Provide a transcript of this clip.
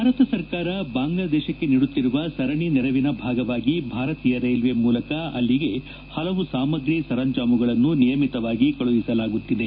ಭಾರತ ಸರ್ಕಾರ ಬಾಂಗ್ಲಾದೇಶಕ್ಕೆ ನೀಡುತ್ತಿರುವ ಸರಣಿ ನೆರವಿನ ಭಾಗವಾಗಿ ಭಾರತೀಯ ರೈಲ್ವೆ ಮೂಲಕ ಅಲ್ಲಿಗೆ ಹಲವು ಸಾಮಗ್ರಿ ಸರಂಜಾಮುಗಳನ್ನು ನಿಯಮಿತವಾಗಿ ಕಳಿಸಲಾಗುತ್ತಿದೆ